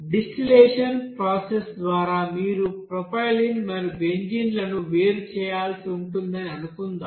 distillation process ద్వారా మీరు propylene మరియు బెంజీన్లను వేరు చేయాల్సి ఉంటుందని అనుకుందాం